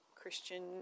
Christian